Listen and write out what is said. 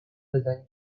بزنی